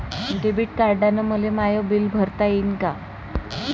Debit कार्डानं मले माय बिल भरता येईन का?